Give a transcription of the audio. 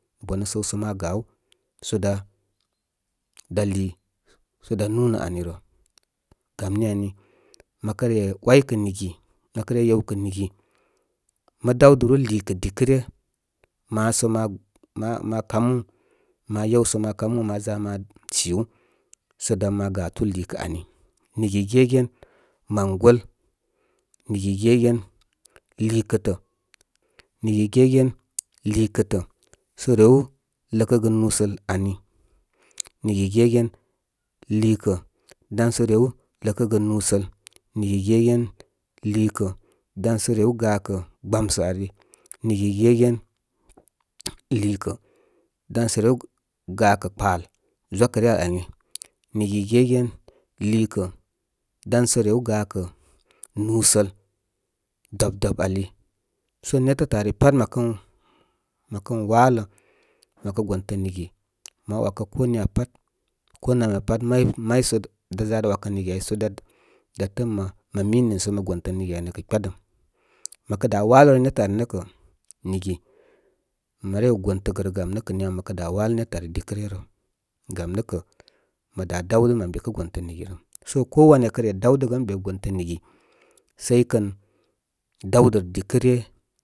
Wanu səw ma gaw sə da lii sə da nú nə ani rə. Gaw ni, mə re ‘wayka nigi, mə dawduru liikə dikə ryə maso ma, ma, ma kamu, ma yewsə ma kamu. Maza ma sir sə dan ma gatu liikə ani. Nigi gegen mangol, nigi gegen liikətə-nigi gegen liikətə sə rew ləkəgə nusəl nai. Nigi gegen liikə dan sə rew ləkəgə nusəl. Nigi gegen liikə dan sə rew gakə gbamsə ali, nigi gegen liikə dan səw rew ga kə kpal zwakə ryəw ani. Nigi gegen liikə dan so rew gakə nusəl dwáb-dwab ali. sə nétətə ari pat məkən-məkən walə, məkə gontə nigi maewakə ko niya pat, ko nam ya pat may may so da za da ‘wakə nigi ay so dá da təə ən mə mi nii sə məgontə nigi ani rəkə aa kpya də. Mə kə da walə nétə ari nə kə nigi, mə rew gontəgə rə. Gam nə kə niya mə dá walə nétə ari dikə rə kə, mə dá daw də mən be kəkə gontə migi rə. Sə ko wanya kə re dawdə gə ən be gantə nigi, sai kəni daw də dikə ryə.